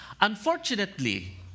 Unfortunately